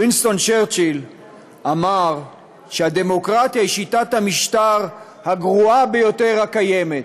וינסטון צ'רצ'יל אמר שהדמוקרטיה היא שיטת המשטר הגרועה ביותר הקיימת,